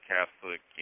Catholic